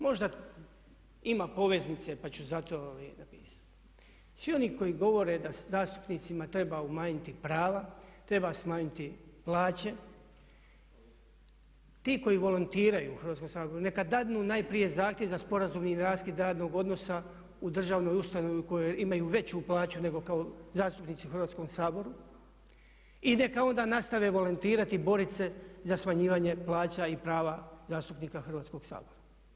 Možda ima poveznice pa ću zato, svi oni koji govore da zastupnicima treba umanjiti prava, treba smanjiti plaće ti koji volontiraju u Hrvatskom saboru neka dadnu najprije zahtjev za sporazumni raskid radnog odnosa u državnoj ustanovi u kojoj imaju veću plaću nego kao zastupnici u Hrvatskom saboru i neka onda nastave volontirati i boriti se za smanjivanje plaća i prava zastupnika Hrvatskog sabora.